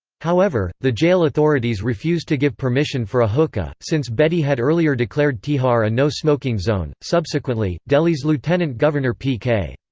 however, the jail authorities refused to give permission for a hookah, since bedi had earlier declared tihar a no-smoking zone subsequently, delhi's lieutenant governor p k.